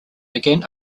began